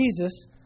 Jesus